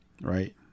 right